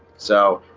so